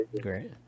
great